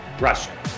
Russia